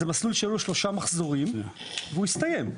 זה מסלול שהיו בו שלושה מחזורים והוא הסתיים.